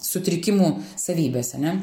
sutrikimų savybės ane